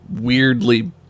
weirdly